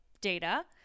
data